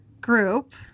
group